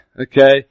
okay